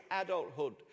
adulthood